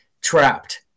trapped